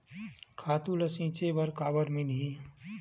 खातु ल छिंचे बर काबर मिलही?